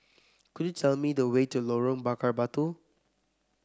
could you tell me the way to Lorong Bakar Batu